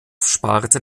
sparte